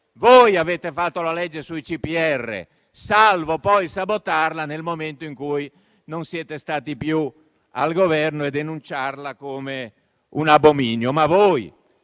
avete fatto la legge sui CPR, salvo poi sabotarla nel momento in cui non siete stati più al Governo e denunciarla come un abominio.